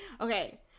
okay